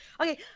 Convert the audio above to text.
Okay